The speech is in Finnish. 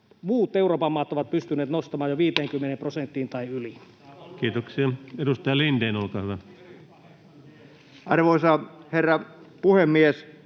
muut Euroopan maat ovat pystyneet nostamaan jo 50 prosenttiin tai yli. [Ben Zyskowiczin välihuuto] Kiitoksia. — Edustaja Lindén, olkaa hyvä. Arvoisa herra puhemies!